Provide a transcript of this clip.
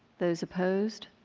those opposed.